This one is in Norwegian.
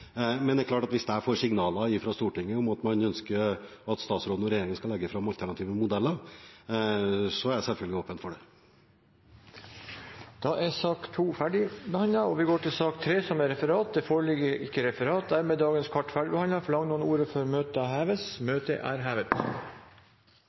Men det er klart at hvis jeg får signaler fra Stortinget om at man ønsker at statsråden og regjeringen skal legge fram alternative modeller, er jeg selvfølgelig åpen for det. Sak nr. 2 er ferdigbehandlet. Det foreligger ikke noe referat. Dermed er dagens kart ferdigbehandlet. Forlanger noen ordet før dagens møte heves?